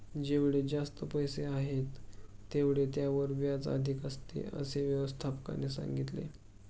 जेवढे जास्त पैसे आहेत, तेवढे त्यावरील व्याज अधिक असते, असे व्यवस्थापकाने सांगितले